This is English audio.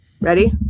Ready